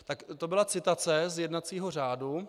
Tak to byla citace z jednacího řádu.